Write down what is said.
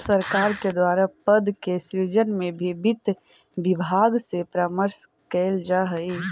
सरकार के द्वारा पद के सृजन में भी वित्त विभाग से परामर्श कैल जा हइ